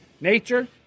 Nature